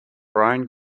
bryan